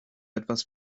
etwas